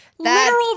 Literal